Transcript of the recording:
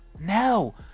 No